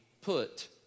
put